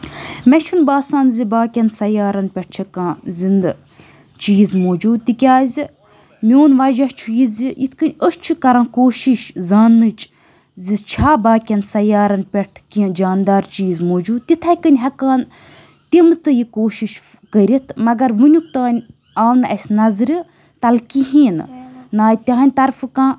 مےٚ چھُنہٕ باسان زِ باقِیٚن سَیارَن پؠٹھ چھِ کانہہ زِندٕ چیٖز موٗجوٗد تِکیازِ میون وَجہ چھُ یہِ زِ اِتھ کٔنۍ أسۍ چھِ کَران کوٗشِش زاننٕچ زِ چھا باقیٚن سَیارَن پؠٹھ کینٛہہ جاندار چیٖز موجوٗد تِتھٕے کٔنۍ ہؠکہٕ ہن تِم تہِ یہِ کوٗشِش کٔرِتھ مَگر وٕنیُک تانۍ آو نہٕ اَسہِ نَظرِ تَل کِہیٖنۍ نہٕ نہ آیہِ تِہندِ طَرفہٕ کانٛہہ